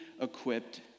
equipped